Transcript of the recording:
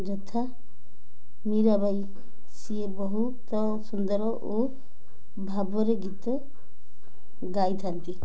ଯଥା ମିୀରାବାଈ ସିଏ ବହୁତ ସୁନ୍ଦର ଓ ଭାବରେ ଗୀତ ଗାଇଥାନ୍ତି